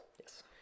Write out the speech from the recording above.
Yes